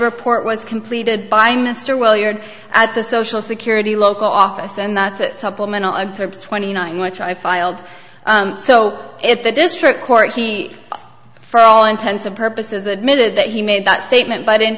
report was completed by mr while you're at the social security local office and that's it supplemental of twenty nine which i filed so it's a district court he for all intents and purposes admitted that he made that statement but